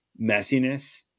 messiness